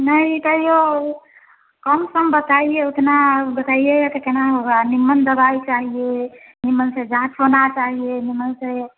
नहीं कहीं वह कम सम बताइए उतना बताइएगा तो कितना होगा निम्मन दवाई चाहिए निम्मन से जाँच होना चाहिए निम्मन से